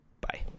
Bye